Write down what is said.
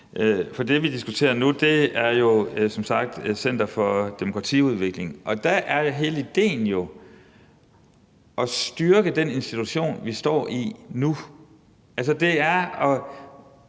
For det, vi diskuterer nu, er som sagt et center for demokratiudvikling, og der er hele idéen jo at styrke den institution, vi står i nu – det er at